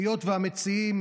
היות שהמציעים,